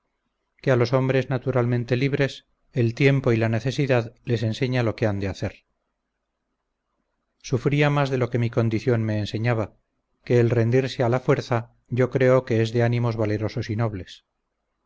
que a los hombres naturalmente libres el tiempo y la necesidad les enseña lo que han de hacer sufría más de lo que mi condición me enseñaba que el rendirse al la fuerza yo creo que es de ánimos valerosos y nobles